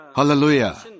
Hallelujah